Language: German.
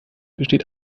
besteht